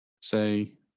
say